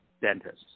dentists